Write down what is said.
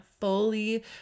fully